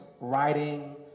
writing